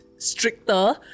Stricter